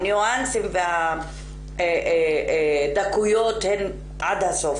והניואנסים והדקויות הם בהחלט לא תמיד מקצועיים עד הסוף.